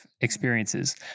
experiences